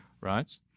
right